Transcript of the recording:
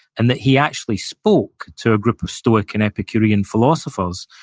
and that he actually spoke to a group of stoic and epicurean philosophers,